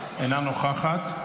אינה נוכחת,